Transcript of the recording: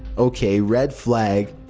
okay, red flag.